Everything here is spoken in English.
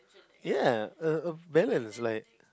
ya a a balance like